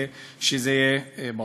ושזה יהיה ברור.